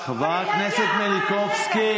קיש, חברת הכנסת מלינובסקי.